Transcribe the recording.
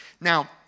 Now